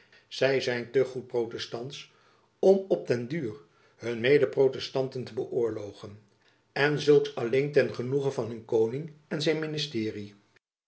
zy zijn te goed protestantsch om op den duur hun mede protestanten te beöorlogen en zulks alleen ten genoege van hun koning en zijn ministerie